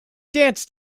dance